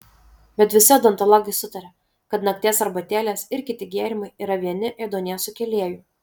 bet visi odontologai sutaria kad nakties arbatėlės ir kiti gėrimai yra vieni ėduonies sukėlėjų